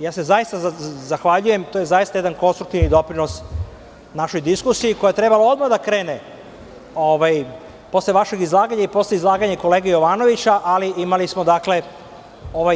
Ja se zaista zahvaljujem, to je zaista jedan konstruktivni doprinos našoj diskusiji koja je trebala odmah da krene posle vašeg izlaganja i posle izlaganja kolege Jovanovića, ali imali smo ovu